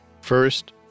First